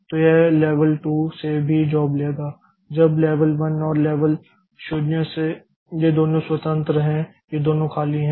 तो यह लेवल 2 से तभी जॉब लेगा जब लेवल 1 और लेवल 0 ये दोनों स्वतंत्र हैं ये दोनों खाली हैं